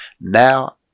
Now